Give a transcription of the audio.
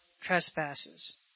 trespasses